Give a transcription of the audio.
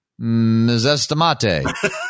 Misestimate